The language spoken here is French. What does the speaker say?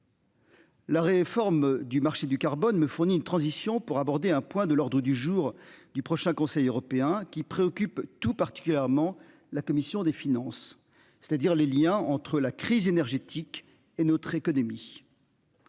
La réforme du marché du carbone me fournit une transition pour aborder un point de l'ordre du jour du prochain conseil européen qui préoccupe tout particulièrement. La commission des finances, c'est-à-dire les liens entre la crise énergétique et notre économie.--